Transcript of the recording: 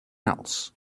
else